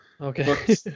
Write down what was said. Okay